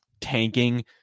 tanking